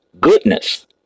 goodness